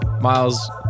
Miles